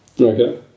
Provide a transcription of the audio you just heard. Okay